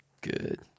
Good